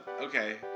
Okay